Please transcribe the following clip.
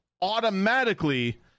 automatically